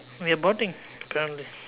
we're bonding apparently